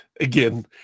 Again